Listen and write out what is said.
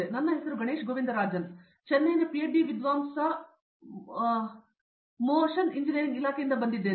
ನನ್ನ ಹೆಸರು ಗಣೇಶ್ ಗೋವಿಂದರಾಜನ್ ಚೆನ್ನೈನ ಪಿಹೆಚ್ಡಿ ವಿದ್ವಾಂಸ ಮೋಷನ್ ಎಂಜಿನಿಯರಿಂಗ್ ಇಲಾಖೆಯಿಂದ ನಾನು ಬಂದಿದ್ದೇನೆ